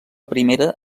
primera